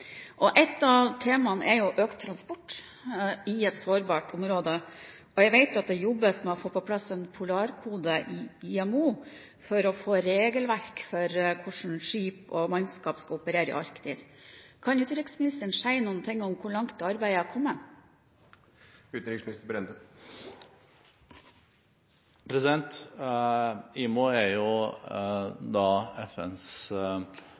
av temaene er økt transport i et sårbart område, og jeg vet at det jobbes med å få på plass en polarkode i IMO for å få regelverk for hvordan skip og mannskap skal operere i Arktis. Kan utenriksministeren si noe om hvor langt arbeidet er kommet? IMO er FNs sjøfartsorganisasjon, bl.a., og setter viktige krav til både sikkerhet og miljø. For regjeringen er